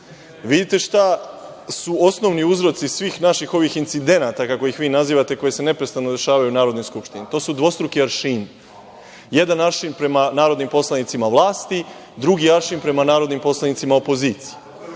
Vidite šta su osnovni uzroci svih naših incidenata, kako ih vi nazivate, koji se neprestano dešavaju u Narodnoj skupštini? To su dvostruki aršini, jedan aršin prema narodnim poslanicima vlasti, drugi aršin prema narodnim poslanicima opozicije. Zamislite